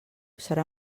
serà